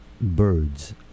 Birds